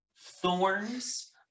thorns